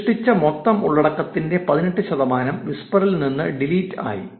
സൃഷ്ടിച്ച മൊത്തം ഉള്ളടക്കത്തിന്റെ 18 ശതമാനം വിസ്പറിൽ നിന്ന് ഡിലീറ്റ് ആയി